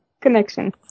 connection